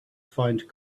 find